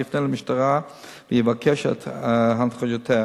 יפנה למשטרה ויבקש את הנחיותיה.